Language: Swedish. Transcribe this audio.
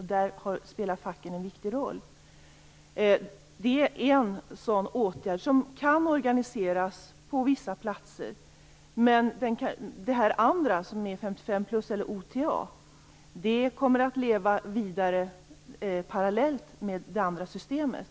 Där spelar facken en viktig roll. Detta är en sådan åtgärd som kan organiseras på vissa platser. Den andra åtgärden, 55-plus eller OTA, kommer att leva vidare parallellt med det förstnämnda systemet.